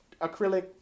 acrylic